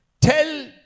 Tell